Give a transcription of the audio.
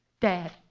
Dad